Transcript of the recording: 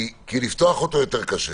כי לפתוח אותו יותר קשה.